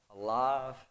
alive